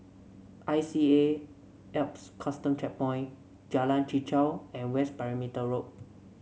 I C A Alps Custom Checkpoint Jalan Chichau and West Perimeter Road